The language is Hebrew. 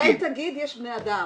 בכל תאגיד יש בני אדם.